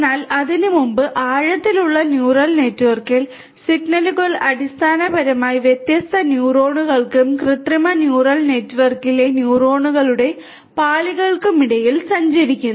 എന്നാൽ അതിനുമുമ്പ് ആഴത്തിലുള്ള ന്യൂറൽ നെറ്റ്വർക്കിൽ സിഗ്നലുകൾ അടിസ്ഥാനപരമായി വ്യത്യസ്ത ന്യൂറോണുകൾക്കും കൃത്രിമ ന്യൂറൽ നെറ്റ്വർക്കിലെ ന്യൂറോണുകളുടെ പാളികൾക്കുമിടയിൽ സഞ്ചരിക്കുന്നു